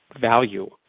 value